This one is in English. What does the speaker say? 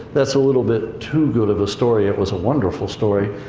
that's a little bit too good of a story, it was a wonderful story.